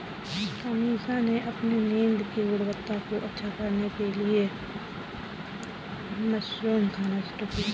अमीषा ने अपनी नींद की गुणवत्ता को अच्छा करने के लिए मशरूम खाना शुरू किया